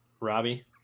Robbie